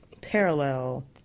parallel